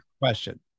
question